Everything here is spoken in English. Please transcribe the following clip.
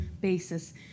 basis